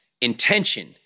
intention